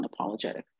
unapologetic